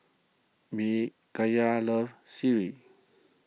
Micayla loves Sireh